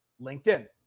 LinkedIn